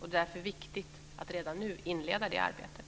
Det är därför viktigt att redan nu inleda det arbetet.